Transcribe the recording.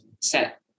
set